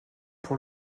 pour